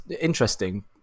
Interesting